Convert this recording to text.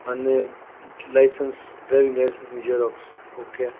અને licence driving લાઇસન્સની xerox okay